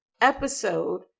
episode